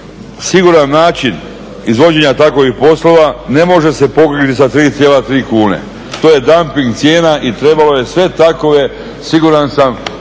siguran način izvođenja takvih poslova ne može se pokriti sa 3,3 kune, to je damping cijena i trebalo je sve takve siguran sam